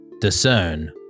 discern